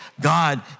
God